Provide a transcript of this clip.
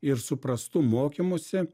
ir su prastu mokymusi